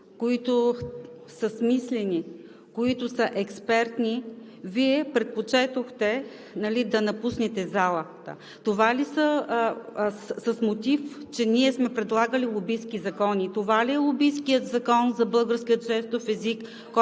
дебатите с мислене, които са експертни, предпочетохте да напуснете залата с мотива, че ние сме предлагали лобистки закони. Това ли е лобисткият Закон за българския жестов език,